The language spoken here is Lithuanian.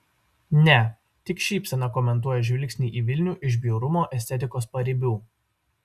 ne tik šypsena komentuoja žvilgsnį į vilnių iš bjaurumo estetikos paribių